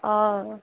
অ অ